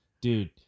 Dude